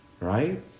Right